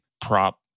prop